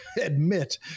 admit